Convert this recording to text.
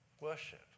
worship